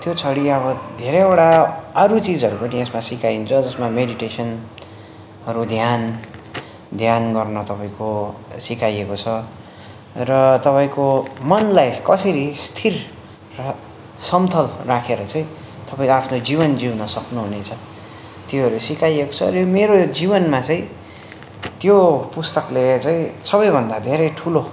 त्यो छोडेर अब धेरैवटा अरू चिजहरू पनि यसमा सिकाइन्छ जसमा मेडिटेसनहरू ध्यान ध्यान गर्न तपाईँको सिकाइएको छ र तपाईँको मनलाई कसरी स्थिर र समथर राखेर चाहिँ तपाईँ आफ्नो जीवन जिउन सक्नु हुनेछ त्योहरू सिकाइएको छ र मेरो जीवनमा चाहिँ त्यो पुस्तकले चाहिँ सबै भन्दा धेरै ठुलो